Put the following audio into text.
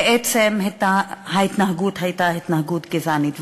בעצם ההתנהגות הייתה התנהגות גזענית.